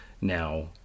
Now